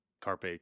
Carpe